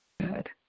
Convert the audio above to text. Good